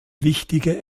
wichtige